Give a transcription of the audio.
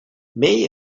may